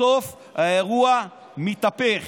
בסוף האירוע מתהפך.